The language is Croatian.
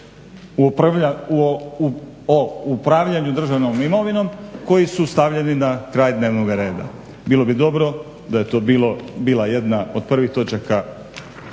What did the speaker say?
o upravljanju državnom imovinom koji su stavljeni na kraj dnevnog reda. Bilo bi dobro da je to bilo, bila jedna od prvih točaka